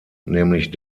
nämlich